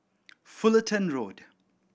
Fullerton Road